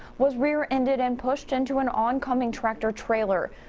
was rear-ended and pushed into an oncoming tractor trailer.